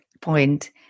point